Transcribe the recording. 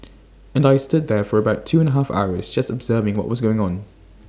and I stood there for about two and A half hours just observing what was going on